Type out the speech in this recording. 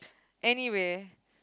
anyway